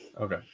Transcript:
Okay